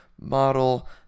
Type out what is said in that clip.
model